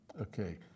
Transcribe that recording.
okay